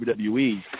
wwe